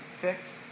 fix